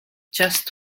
just